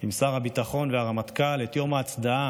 עם שר הביטחון והרמטכ"ל את יום ההצדעה